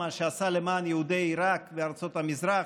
את מה שעשה למען יהודי עיראק וארצות המזרח,